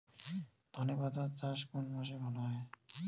ধনেপাতার চাষ কোন মাসে ভালো হয়?